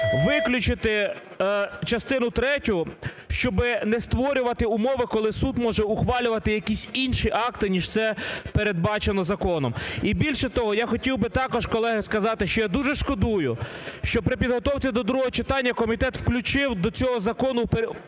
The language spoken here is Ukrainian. виключити частину третю, щоб не створювати умови, коли суд може ухвалювати якісь інші акти, ніж це передбачено законом. І більше того, я хотів би також колеги сказати, що я дуже шкодую, що при підготовці до другого читання комітет включив до цього закону